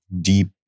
deep